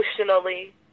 emotionally